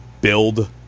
build